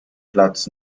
platz